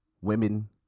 women